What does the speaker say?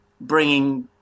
bringing